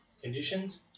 conditions